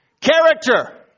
Character